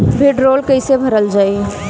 भीडरौल कैसे भरल जाइ?